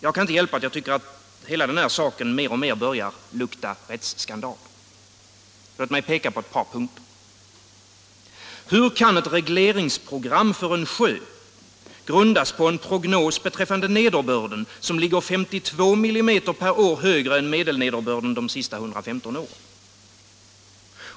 Jag kan inte hjälpa att jag tycker att hela saken mer och mer börjar lukta rättsskandal. Låt mig peka på ett par punkter. Hur kan ett regleringsprogram för en sjö grundas på ett prognosvärde för nederbörden som ligger 52 mm per år högre än medelnederbörden de senaste 115 åren?